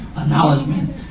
Acknowledgement